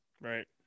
Right